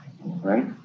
Right